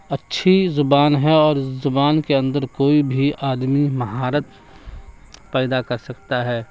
اچھی زبان ہے اور اس زبان کے اندر کوئی بھی آدمی مہارت پیدا کر سکتا ہے